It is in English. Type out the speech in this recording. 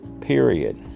period